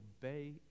obey